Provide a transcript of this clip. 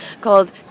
called